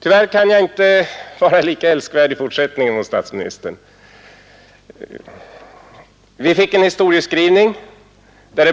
Tyvärr kan jag i fortsättningen inte vara lika älskvärd mot statsministern. Vi fick höra en historieskrivning vari